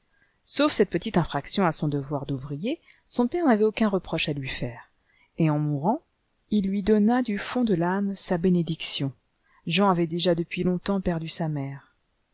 sauf cette petite infraction à son devoir d'ouvrier son père n'avait aucun reproche à lui faire et en mourant il lui donna du fond de l'âme sa bénédicticn jean avait déjà depuis longtemps perdu sa mère